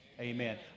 Amen